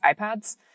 iPads